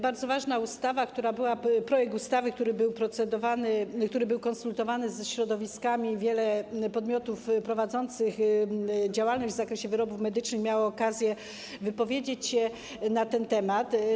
Bardzo ważny projekt ustawy, który był procedowany, który był konsultowany ze środowiskami: wiele podmiotów prowadzących działalność w zakresie wyrobów medycznych miało okazję wypowiedzieć się na ten temat.